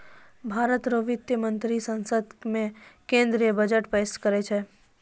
भारत रो वित्त मंत्री संसद मे केंद्रीय बजट पेस करै छै